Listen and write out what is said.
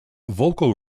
vocal